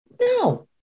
No